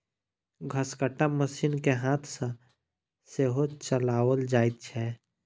घसकट्टा मशीन के हाथ सॅ सेहो चलाओल जाइत छै